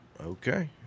Okay